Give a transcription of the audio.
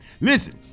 Listen